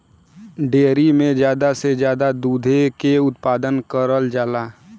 dairy में जादा से जादा दुधे के उत्पादन करल जाला